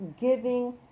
giving